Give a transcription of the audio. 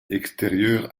extérieurs